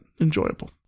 enjoyable